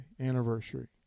anniversary